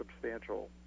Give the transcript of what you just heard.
substantial